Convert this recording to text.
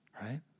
Right